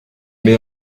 mai